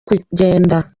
kugenda